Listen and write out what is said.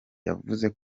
yavuze